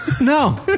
No